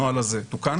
הנוהל הזה תוקן